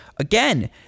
Again